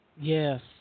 Yes